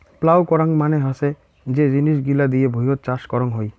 plough করাং মানে হসে যে জিনিস গিলা দিয়ে ভুঁইয়ত চাষ করং হই